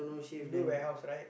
y~ you do warehouse right